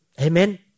Amen